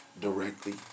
directly